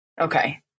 Okay